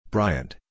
Bryant